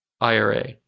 IRA